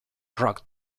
rocked